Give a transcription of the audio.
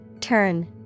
Turn